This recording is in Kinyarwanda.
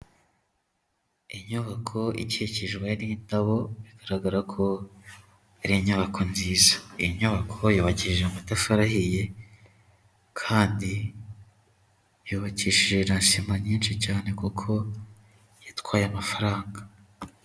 Inyubako ikikijwe n'indabo bigaragara ko ari inyubako nziza. Iyi nyubako yubakishije amatafari ahiye kandi yubakishije na sima nyinshi cyane kuko yatwaye amafaranga.